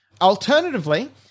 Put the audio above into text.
Alternatively